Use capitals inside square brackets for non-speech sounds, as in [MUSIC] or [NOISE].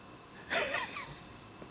[LAUGHS]